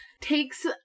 takes